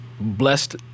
Blessed